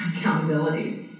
accountability